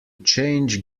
change